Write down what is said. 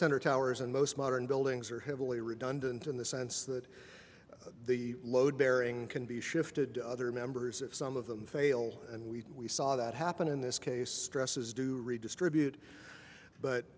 center towers and most modern buildings are heavily redundant in the sense that the load bearing can be shifted to other members if some of them fail and we saw that happen in this case stresses do redistribute but